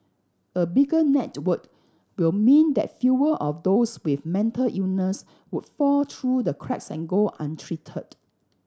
a bigger net word will mean that fewer of those with mental illness would fall through the cracks and go untreated